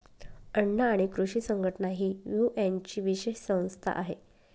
अन्न आणि कृषी संघटना ही युएनची विशेष संस्था आहे